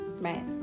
Right